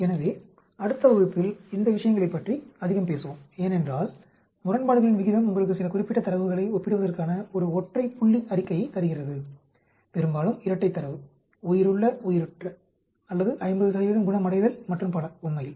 எனவே அடுத்த வகுப்பில் இந்த விஷயங்களைப் பற்றி அதிகம் பேசுவோம் ஏனென்றால் முரண்பாடுகளின் விகிதம் உங்களுக்கு சில குறிப்பிட்டத் தரவுகளை ஒப்பிடுவதற்கான ஒரு ஒற்றை புள்ளி அறிக்கையைத் தருகிறது பெரும்பாலும் இரட்டைத் தரவு உயிருள்ள உயிரற்ற அல்லது 50 குணமடைதல் மற்றும் பல உண்மையில்